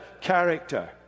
character